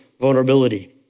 vulnerability